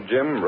Jim